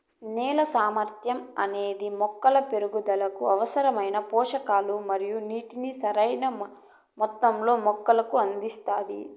నేల సామర్థ్యం అనేది మొక్కల పెరుగుదలకు అవసరమైన పోషకాలు మరియు నీటిని సరైణ మొత్తంలో మొక్కకు అందిస్తాది